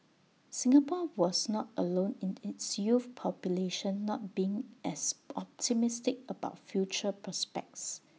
Singapore was not alone in its youth population not being as optimistic about future prospects